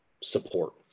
support